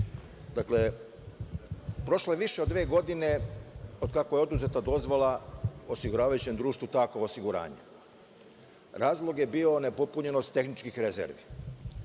Vlade. Prošlo je više od dve godine od kako je oduzeta dozvola osiguravajućem društvu „Takovo osiguranje“. Razlog je bio nepopunjenost tehničkih rezervi.